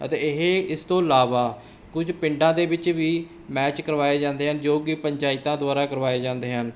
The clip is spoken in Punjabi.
ਅਤੇ ਇਹ ਇਸ ਤੋਂ ਇਲਾਵਾ ਕੁਝ ਪਿੰਡਾਂ ਦੇ ਵਿੱਚ ਵੀ ਮੈਚ ਕਰਵਾਏ ਜਾਂਦੇ ਹਨ ਜੋ ਕਿ ਪੰਚਾਇਤਾਂ ਦੁਆਰਾ ਕਰਵਾਏ ਜਾਂਦੇ ਹਨ